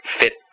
fit